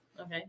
Okay